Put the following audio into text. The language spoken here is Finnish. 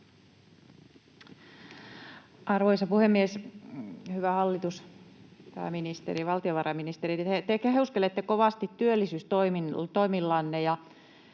Arvoisa puhemies! Hyvä hallitus, pääministeri, valtiovarainministeri, te kehuskelette kovasti työllisyystoimillanne,